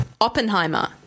Oppenheimer